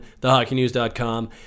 thehockeynews.com